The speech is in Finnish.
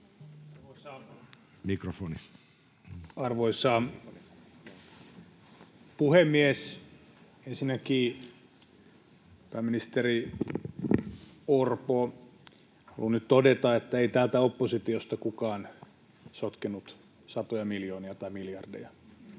olkaa hyvä. Arvoisa puhemies! Ensinnäkin, pääministeri Orpo, haluan nyt todeta, että ei täältä oppositiosta kukaan sotkenut satoja miljoonia tai miljardeja